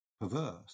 perverse